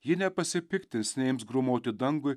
ji nepasipiktins neims grūmoti dangui